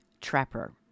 trapper